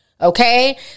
Okay